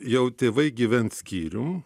jau tėvai gyvent skyrium